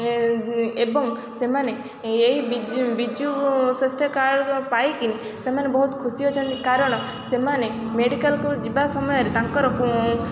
ଏବଂ ସେମାନେ ଏଇ ବିଜୁ ସ୍ୱାସ୍ଥ୍ୟ କାର୍ଡ ପାଇକି ସେମାନେ ବହୁତ୍ ଖୁସି ଅଛନ୍ତି କାରଣ ସେମାନେ ମେଡ଼ିକାଲ୍କୁ ଯିବା ସମୟରେ ତାଙ୍କର